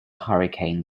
hurricane